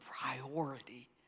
priority